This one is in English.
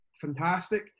fantastic